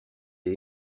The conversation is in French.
les